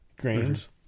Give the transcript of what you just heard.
grains